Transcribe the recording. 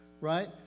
Right